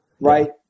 right